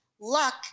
luck